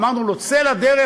אמרנו לו: צא לדרך,